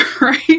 right